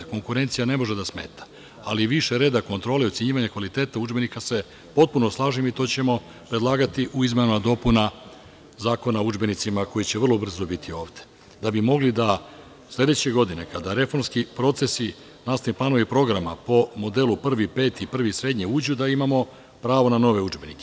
Konkurencija ne može da smeta, ali za više reda, kontrole i ocenjivanje kvaliteta udžbenika se potpuno slažem i to ćemo predlagati u izmenama i dopunama Zakona o udžbenicima, koji će vrlo brzo biti ovde, da bi mogli da sledeće godine, kada reformski procesi nastavnih planova i programa po modelu prvi-peti, prvi srednje uđu, da imamo pravo na nove udžbenike.